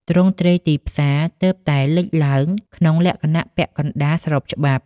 ទ្រង់ទ្រាយទីផ្សារទើបតែលេចឡើងក្នុងលក្ខណៈពាក់កណ្តាលស្របច្បាប់។